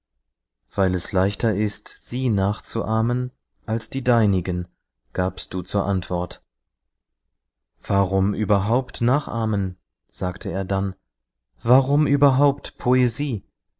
weil es leichter ist sie nachzuahmen als die deinigen gabst du zur antwort warum überhaupt nachahmen sagte er dann warum überhaupt poesie